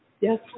yes